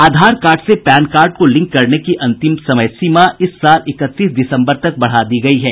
आधार card से PAN card को link करने की अंतिम तारीख इस साल इकतीस दिसंबर तक बढ़ा दी गयी है